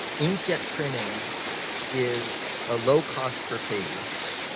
inkjet printing is a low-cost per page,